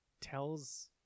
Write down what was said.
tells